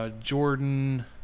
Jordan